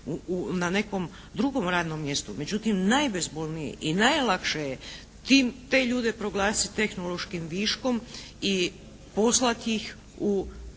na nekom drugom radnom mjestu. Međutim najbezbolniji i najlakše je tim, te ljude proglasiti tehnološkim viškom i poslati ih u